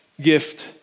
gift